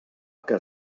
que